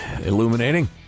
illuminating